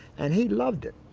and he loved it.